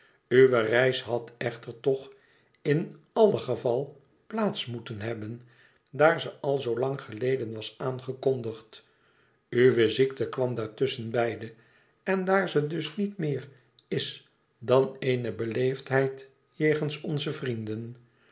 uwe reis had echter toch in alle geval plaats moeten hebben daar ze al zoo lang geleden was aangekondigd uwe ziekte kwam daar tusschen beiden en daar ze dus niet meer is dan eene beleefdheid jegens onze vrienden